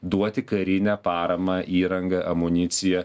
duoti karinę paramą įrangą amuniciją